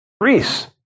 Greece